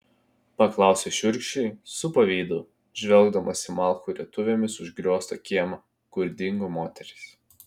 paklausė šiurkščiai su pavydu žvelgdamas į malkų rietuvėmis užgrioztą kiemą kur dingo moterys